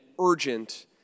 urgent